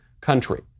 country